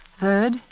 Third